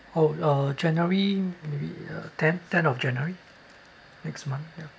oh uh january maybe uh tenth tenth of january next month ya